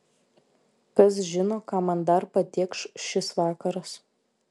kas žino ką man dar patėkš šis vakaras